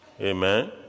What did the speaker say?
Amen